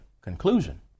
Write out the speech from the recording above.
conclusion